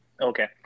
Okay